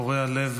קורע לב.